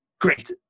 great